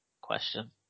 question